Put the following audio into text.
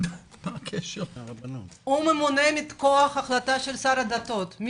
הוא ממונה מכוח החלטה של שר הדתות.